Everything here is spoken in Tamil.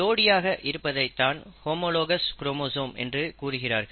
ஜோடியாக இருப்பதைத்தான் ஹோமோலாகஸ் குரோமோசோம் என்று கூறுகிறார்கள்